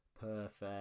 Perfect